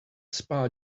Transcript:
spa